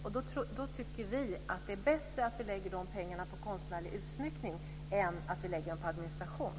Då tycker vi att det är bättre att vi lägger de pengarna på konstnärlig utsmyckning än att vi lägger dem på administration.